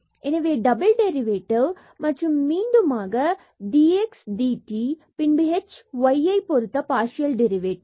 எனவே double derivative மற்றும் இங்கு மீண்டுமாக dx dt பின்பு h y யைப் பொருத்த பார்சியல் டெரிவேட்டிவ்